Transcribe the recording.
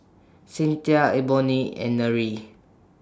Cynthia Ebony and Nery